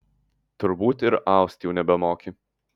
turbūt ir aust jau nebemoki